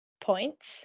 points